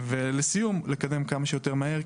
ולסיום, לקדם כמה שיותר מהר.